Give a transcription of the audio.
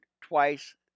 twice